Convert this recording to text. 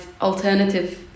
alternative